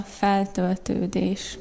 feltöltődés